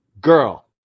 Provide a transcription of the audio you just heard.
Girl